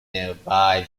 nearby